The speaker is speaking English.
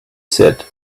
said